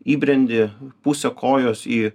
įbrendi pusę kojos į